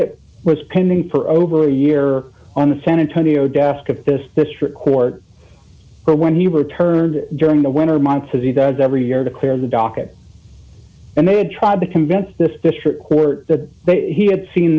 it was pending for over a year on the santa tonio desk at this district court for when he returned during the winter months as he does every year to clear the docket and they had tried to convince this district court that he had seen